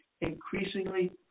increasingly